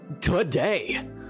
Today